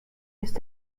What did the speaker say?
ist